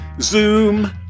Zoom